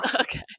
Okay